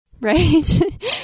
Right